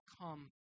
come